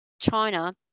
China